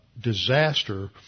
disaster